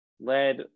led